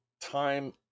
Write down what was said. time